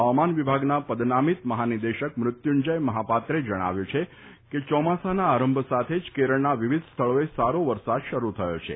હવામાન વિભાગના પદનામીત મહાનિદેશક મૃત્યુંજય મહાપાત્રે જણાવ્યું છે કે ચોમાસાના આરંભ સાથે જ કેરળના વિવિધ સ્થળોએ સારો વરસાદ શરૂ થયો છે